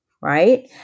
right